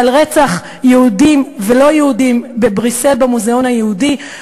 על רצח יהודים ולא יהודים בבריסל במוזיאון היהודי,